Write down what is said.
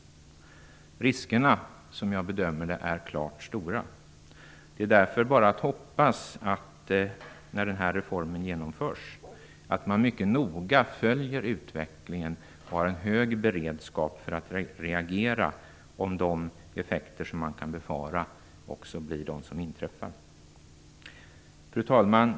Riskerna är, som jag bedömer det, klart stora. Det är därför bara att hoppas att man, när den här reformen genomförs, mycket noga följer utvecklingen och har en hög beredskap för att reagera, om de effekter som man kan befara också blir de som inträffar. Fru talman!